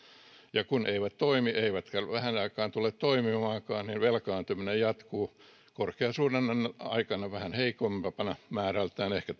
ja kun ne eivät toimi eivätkä vähään aikaan tule toimimaankaan niin velkaantuminen jatkuu korkeasuhdanteen aikana vähän heikompana tällä hetkellä se on määrältään ehkä